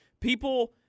People